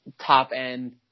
top-end